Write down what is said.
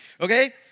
Okay